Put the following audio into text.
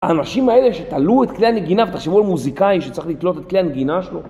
האנשים האלה שתלו את כלי הנגינה ותחשבו על מוזיקאי שצריך לתלות את כלי הנגינה שלו